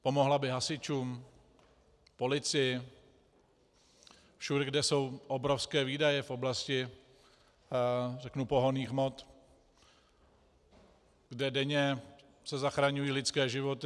Pomohla by hasičům, policii, všude, kde jsou obrovské výdaje v oblasti pohonných hmot, kde denně se zachraňují lidské životy?